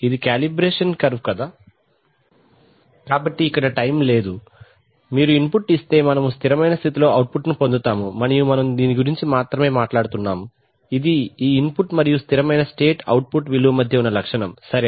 ఇది calibration curve కదా కాబట్టి ఇక్కడ టైమ్ లేదు మీరు ఇన్పుట్ ఇస్తే మనము స్థిరమైన స్థితిలో అవుట్ పుట్ ను పొందుతాము మరియు మనము దీని గురించి మాత్రమే మాట్లాడుతున్నాము ఇది ఈ ఇన్పుట్ మరియు స్థిరమైన స్టేట్ అవుట్పుట్ విలువ మధ్య ఉన్న లక్షణం సరే